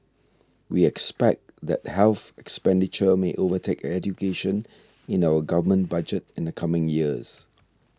we expect that health expenditure may overtake education in our government budget in the coming years